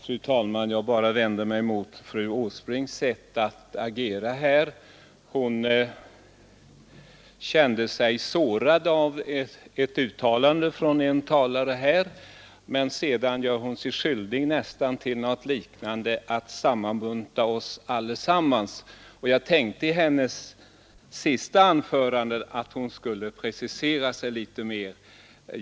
Fru talman! Jag vill bara vända mig mot fru Åsbrinks sätt att agera här. Hon kände sig sårad av ett uttalande av en talare i debatten men gjorde sig sedan skyldig till något liknande, nämligen att sammanbunta oss allesammans. Jag trodde att fru Åsbrink i sitt senare anförande skulle precisera sig litet mera, men det gjorde hon inte.